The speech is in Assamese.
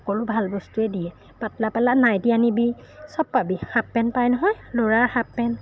সকলো ভাল বস্তুৱে দিয়ে পাতলা বেলা নাইটি আনিবি চব পাবি হাফ পেণ্ট পাই নহয় ল'ৰাৰ হাফ পেণ্ট